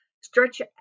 stretch